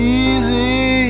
easy